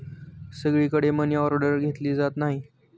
सगळीकडे मनीऑर्डर घेतली जात नाही